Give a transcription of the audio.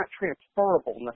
transferable